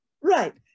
Right